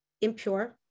impure